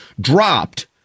dropped